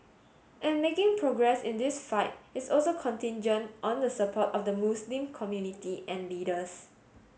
and making progress in this fight is also contingent on the support of the Muslim community and leaders